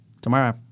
tomorrow